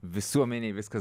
visuomenėj viskas